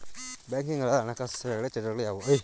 Banking ಅಲ್ಲದ ಹಣಕಾಸು ಸೇವೆಗಳ ಚಟುವಟಿಕೆಗಳು ಯಾವುವು?